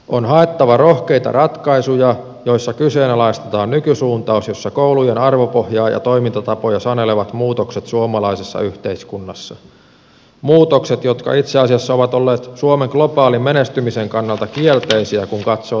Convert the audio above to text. on haettava rohkeita ratkaisuja joissa kyseenalaistetaan nykysuuntaus jossa koulujen arvopohjaa ja toimintatapoja sanelevat muutokset suomalaisessa yhteiskunnassa muutokset jotka itse asiassa ovat olleet suomen globaalin menestymisen kannalta kielteisiä kun katsoo talouslukuja